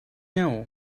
know